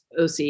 OC